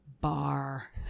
bar